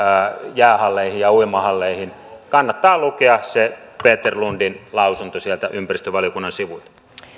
jäähalleihin ja uimahalleihin kannattaa lukea se peter lundin lausunto sieltä ympäristövaliokunnan sivuilta